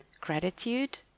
gratitude